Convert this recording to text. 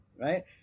right